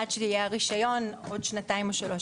עד שיהיה רישיון בעוד שנתיים או שלוש.